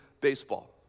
baseball